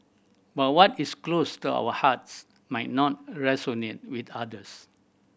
but what is close to our hearts might not resonate with others